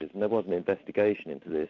you know but an investigation into this,